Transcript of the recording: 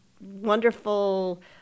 wonderful